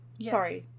sorry